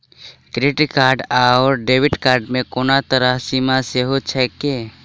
Credit card आओर debit card मे कोनो तरहक सीमा सेहो छैक की?